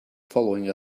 following